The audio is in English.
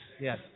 yes